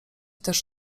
też